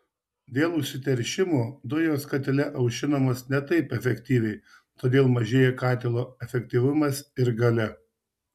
dėl užsiteršimo dujos katile aušinamos ne taip efektyviai todėl mažėja katilo efektyvumas ir galia